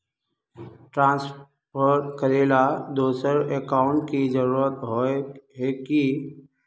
Transfer करेला दोसर account की जरुरत होय है की?